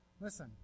listen